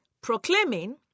proclaiming